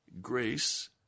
Grace